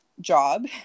job